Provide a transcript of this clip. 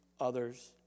others